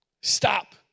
Stop